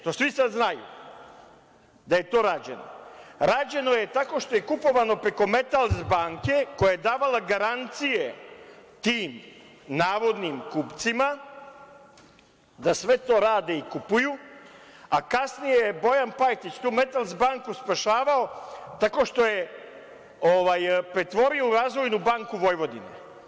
To svi znaju da je to rađeno, a rađeno je tako što je kupovano preko „Metals banke“, koja je davala garancije tim navodnim kupcima da sve to rade i kupuju, a kasnije je Bojan Pajtić tu „Metals banku“ spašavao tako što je pretvorio u Razvojnu banku Vojvodine.